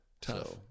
tough